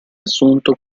assunto